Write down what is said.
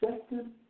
second